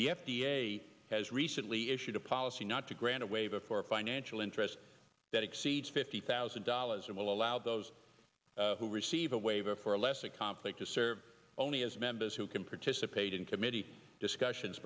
the f d a has recently issued a policy not to grant a waiver for a financial interest that exceeds fifty thousand dollars and will allow those who receive a waiver for a lesser conflict to serve only as members who can participate in committee discussions